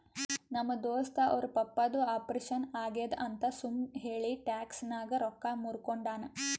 ನಮ್ ದೋಸ್ತ ಅವ್ರ ಪಪ್ಪಾದು ಆಪರೇಷನ್ ಆಗ್ಯಾದ್ ಅಂತ್ ಸುಮ್ ಹೇಳಿ ಟ್ಯಾಕ್ಸ್ ನಾಗ್ ರೊಕ್ಕಾ ಮೂರ್ಕೊಂಡಾನ್